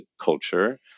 culture